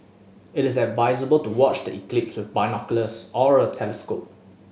but it's advisable to watch the eclipse with binoculars or a telescope